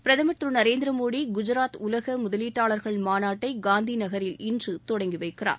பிரதுமர் திரு நரேந்திர மோடி குஜாத் உலக முதலீட்டாளர்கள் மாநாட்டை காந்தி நகரில் இன்று தொடங்கி வைக்கிறார்